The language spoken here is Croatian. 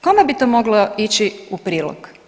Kome bi to moglo ići u prilog?